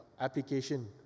application